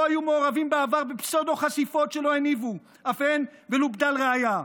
היו מעורבים בעבר בפסאודו-חשיפות שלא הניבו אף הן ולו בדל ראיה.